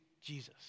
Jesus